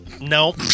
No